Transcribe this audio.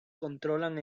controlan